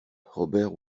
robert